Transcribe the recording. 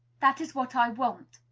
that is what i want.